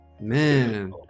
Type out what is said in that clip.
man